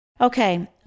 Okay